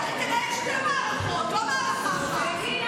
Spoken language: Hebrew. בטח, היא תנהל שתי מערכות, לא מערכה אחת.